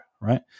Right